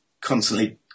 constantly